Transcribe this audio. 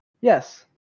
Yes